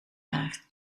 haar